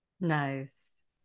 Nice